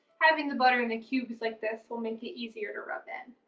having the butter in the cubes like this will make it easier to rub in.